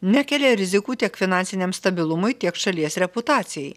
nekelia rizikų tiek finansiniam stabilumui tiek šalies reputacijai